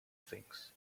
things